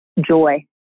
joy